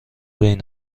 بین